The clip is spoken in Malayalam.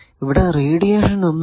ഇവിടെ റേഡിയേഷൻ ഒന്നും ഇല്ല